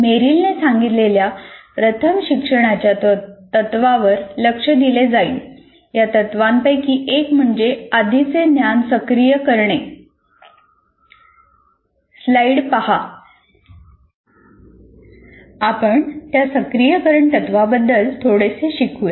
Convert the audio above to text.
मेरिलने सांगितलेल्या प्रथम शिक्षणाच्या तत्त्वांवर लक्ष दिले जाईल या तत्त्वांपैकी एक म्हणजे आधीचे ज्ञान सक्रिय करणे आपण त्या सक्रियकरण तत्त्वाबद्दल थोडेसे शिकू या